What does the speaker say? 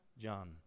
John